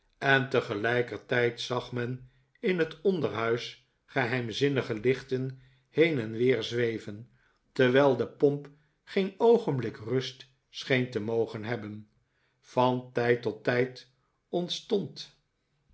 en tegelijkertijd zag men in het onderhuis geheimzinnige lichten heen en weer zweven terwijl de pomp geen oogenblik rust scheen te mogen hebben van tijd tot tijd ontstond